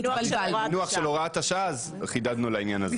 המינוח של הוראת השעה אז חידדנו לעניין הזה.